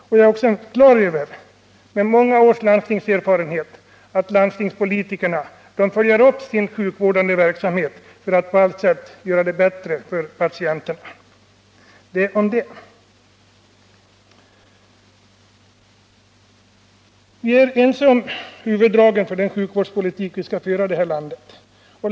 Jag är klar över, med många års landstingserfarenhet, att landstingspolitikerna följer upp sin sjukvårdsverksamhet för att på allt sätt göra det bättre för patienterna. Det om det. Vi är ense om huvuddragen i den sjukvårdspolitik som förs här i landet.